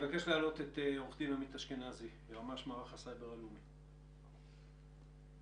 עמית אשכנזי ממערך הסייבר הלאומי, שלום.